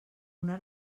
una